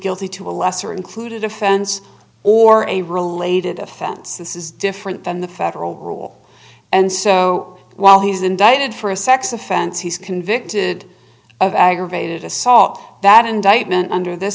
guilty to a lesser included offense or a related offense this is different than the federal role and so while he's indicted for a sex offense he's convicted of aggravated assault that indictment under this